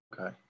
Okay